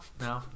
No